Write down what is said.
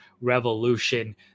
Revolution